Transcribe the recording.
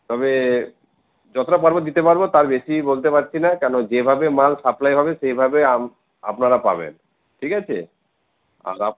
তবে যতটা পারব দিতে পারব তার বেশি বলতে পারছিনা কেন যেভাবে মাল সাপ্লাই হবে সেইভাবে আপনারা পাবেন ঠিক আছে